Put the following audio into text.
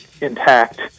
intact